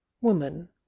woman